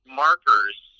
markers